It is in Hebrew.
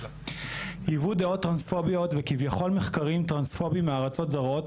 ייבוא דעות טרנספוביות וכביכול מחקרים טרנספובים מארצות זרות,